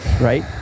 Right